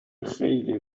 خیلی